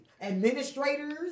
Administrators